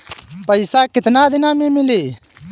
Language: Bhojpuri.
पैसा केतना दिन में मिली?